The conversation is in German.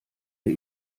der